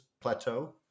plateau